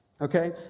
Okay